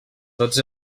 tots